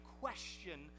question